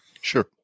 sure